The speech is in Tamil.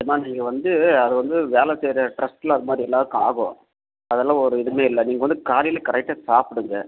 அம்மா நீங்கள் வந்து அது வந்து வேலை செய்கிற ஸ்ட்ரஸ்ல அது மாதிரி எல்லோருக்கும் ஆகும் அதெல்லாம் ஒரு இதுவுமே இல்லை நீங்கள் வந்து காலையில் கரெக்டாக சாப்பிடுங்க